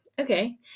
okay